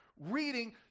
reading